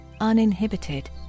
uninhibited